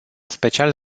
special